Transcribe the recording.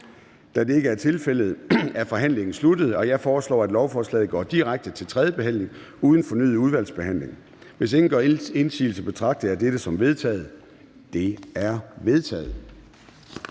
Da det ikke er tilfældet, er forhandlingen sluttet. Jeg foreslår, at lovforslaget går direkte til tredje behandling uden fornyet udvalgsbehandling. Hvis ingen gør indsigelse, betragter jeg dette som vedtaget. Det er vedtaget.